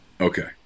Okay